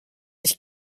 ich